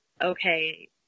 okay